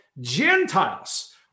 Gentiles